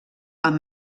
amb